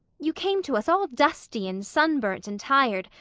you came to us all dusty and sunburnt and tired,